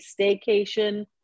staycation